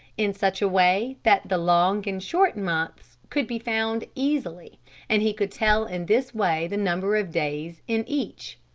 in such a way that the long and short months could be found easily and he could tell in this way the number of days in each.